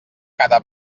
cada